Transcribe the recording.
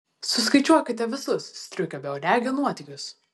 suskaičiuokite visus striukio beuodegio nuotykius